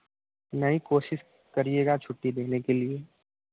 नहीं कोशिश करिएगा छुट्टी देने के लिए